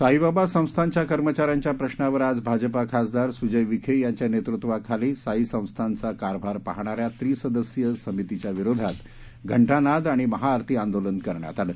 साईबाबा संस्थानंच्या कर्मचाऱ्यांच्या प्रशावर आज भाजपा खासदार सुजय विखे यांच्या नेतृत्वाखाली साई संस्थानचा कारभार पाहणाऱ्या त्रीसदसीय समितीच्या विरोधात घंटानाद आणि महाआरती आंदोलन करण्यात आलं